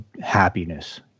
happiness